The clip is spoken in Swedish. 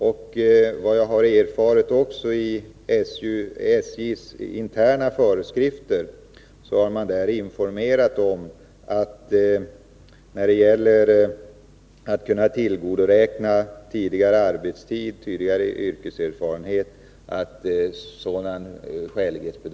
Enligt vad jag har erfarit har man i SJ:s interna föreskrifter informerat om att en skälighetsbedömning får göras när det gäller att kunna tillgodoräkna sig tidigare yrkeserfarenhet och arbetstid.